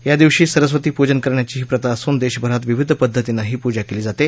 या दिवशी सरस्वती पूजन करण्याची ही प्रथा असून देशभरात विविध पद्धतीनं ही पूजा केली जाते